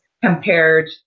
compared